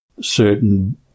certain